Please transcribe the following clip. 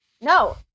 no